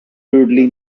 dudley